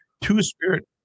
Two-Spirit